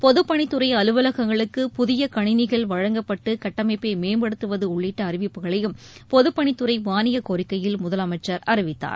பொதுப் பணித்துறை அலுவலங்களுக்கு புதிய கணினிகள் வழங்கப்பட்டு கட்டமைப்பை மேம்படுத்துவது உள்ளிட்ட அறிவிப்புகளையும் பொதுப் பணித்துறை மாளியக் கோரிக்கையில் முதலமைச்சர் அறிவித்தார்